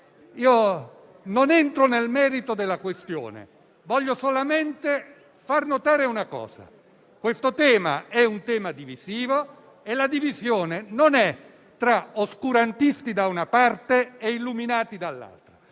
Non entro nel merito della questione; voglio solamente far notare che questo è un tema divisivo e la divisione non è tra oscurantisti, da una parte e illuminati dall'altra.